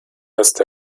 lässt